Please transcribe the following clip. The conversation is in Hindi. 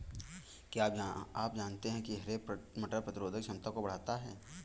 क्या आप जानते है हरे मटर प्रतिरोधक क्षमता को बढ़ाता है?